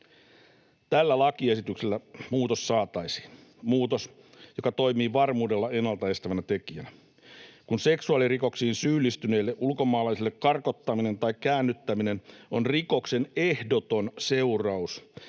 Tällä lakiesityksellä muutos saataisiin, muutos, joka toimii varmuudella ennalta estävänä tekijänä. Kun seksuaalirikoksiin syyllistyneelle ulkomaalaiselle karkottaminen tai käännyttäminen on rikoksen ehdoton seuraus,